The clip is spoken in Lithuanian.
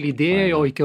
lydėjo iki